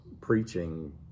preaching